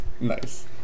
Nice